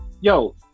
Yo